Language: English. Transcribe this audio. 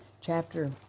chapter